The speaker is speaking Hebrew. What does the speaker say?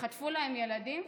שחטפו להן ילדים,